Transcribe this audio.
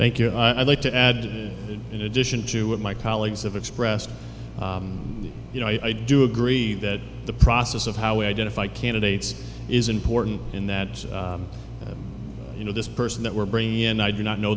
thank you i'd like to add that in addition to what my colleagues have expressed you know i do agree that the process of how we identify candidates is important in that you know this person that we're bringing in i do not know